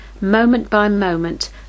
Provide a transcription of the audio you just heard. moment-by-moment